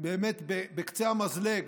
באמת בקצה המזלג,